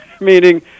meaning